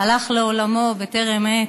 הוא הלך לעולמו בטרם עת,